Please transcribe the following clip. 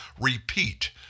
repeat